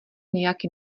nějaký